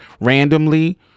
randomly